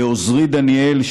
לעוזרי דניאל,